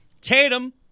Tatum